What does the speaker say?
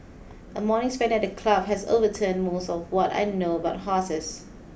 a morning spent at the club has overturned most of what I know about horses